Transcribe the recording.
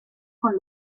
con